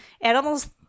Animals